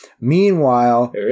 Meanwhile